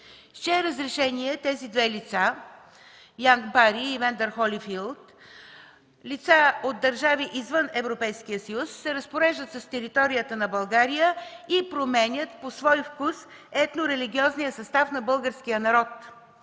с чие разрешение тези две лица – Янк Бари и Ивендър Холифийлд , лица от държави извън Европейския съюз, се разпореждат с територията на България и променят по свой вкус етнорелигиозния състав на българския народ?